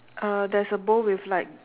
uh there is a bowl with like